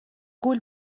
گول